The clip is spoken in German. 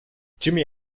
jimmy